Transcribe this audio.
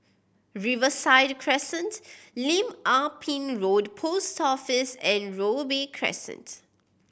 Riverside Crescent Lim Ah Pin Road Post Office and Robey Crescent